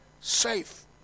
safe